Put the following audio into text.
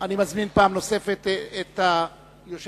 אני מזמין פעם נוספת את יושבת-ראש